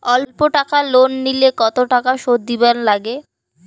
অল্প টাকা লোন নিলে কতো টাকা শুধ দিবার লাগে?